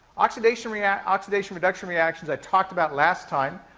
oxidation-reduction oxidation-reduction reactions i talked about last time,